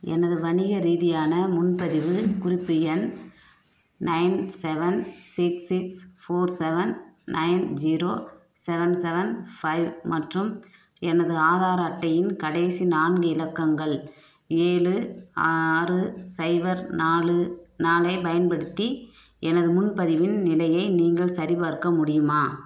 எனது வணிக ரீதியான முன்பதிவு குறிப்பு எண் nine seven six six four seven nine zero seven seven five மற்றும் எனது ஆதார் அட்டையின் கடைசி நான்கு இலக்கங்கள் ஏழு ஆறு சைபர் நாலு நாலைப் பயன்படுத்தி எனது முன்பதிவின் நிலையை நீங்கள் சரிபார்க்க முடியுமா